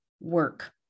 work